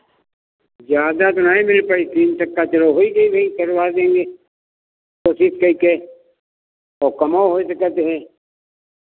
ज़्यादा तो नहीं मिल पाई तीन तक का चलो होइ गई अबहिन करवा देंगे कोशिश कइ के और कमौ होए सकत है